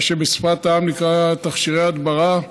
מה שבשפת העם נקרא תכשירי הדברה,